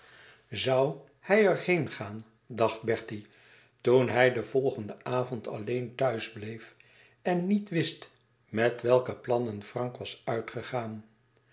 zoû hij er heen gaan dacht bertie toen hij den volgenden avond alleen thuis bleef en niet wist met welke plannen frank was uitgegaan